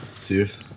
Serious